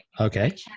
Okay